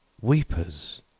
Weepers